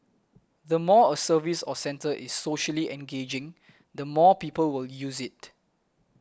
the more a service or centre is socially engaging the more people will use it